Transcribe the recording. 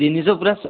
ଜିନିଷ ପୁରା ସ